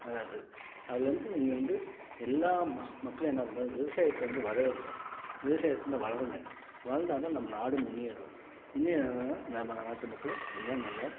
வராது அதுலந்து நீங்கள் வந்து எல்லா மக்களும் என்ன பண்ணும் விவசாயத்தை வந்து வரவேறுங்க விவசாயத்தை இன்னும் வளருங்க வளந்தால்தான் நம்ம நாடும் முன்னேறும் முன்னேறுன்னா தான் நம்ம நாட்டு மக்களும் எல்லாம் நல்லா